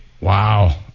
Wow